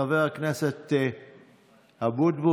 חבר הכנסת אבוטבול,